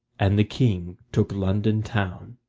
and the king took london town.